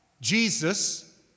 Jesus